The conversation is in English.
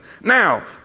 Now